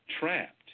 Trapped